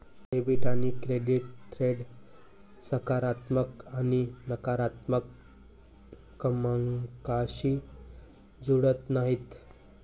debit आणि credit थेट सकारात्मक आणि नकारात्मक क्रमांकांशी जुळत नाहीत